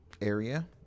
area